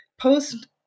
post